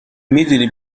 میدونی